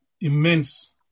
immense